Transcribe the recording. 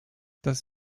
das